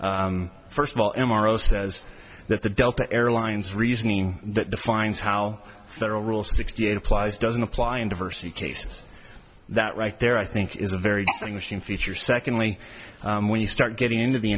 eight first of all m r o says that the delta airlines reasoning that defines how federal rules sixty eight applies doesn't apply in diversity cases that right there i think is a very interesting feature secondly when you start getting into the